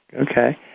Okay